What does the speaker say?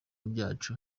byacu